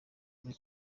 muri